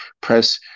press